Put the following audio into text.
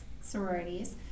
sororities